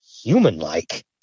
human-like